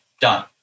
Done